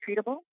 treatable